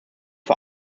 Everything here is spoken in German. vor